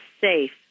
safe